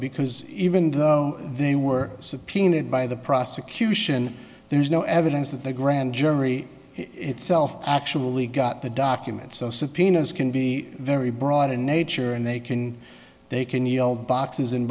because even though they were subpoenaed by the prosecution there's no evidence that the grand jury itself actually got the documents subpoenas can be very broad in nature and they can they can yield boxes and